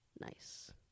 Nice